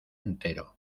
entero